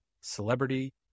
celebrity